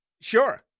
sure